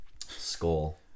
skull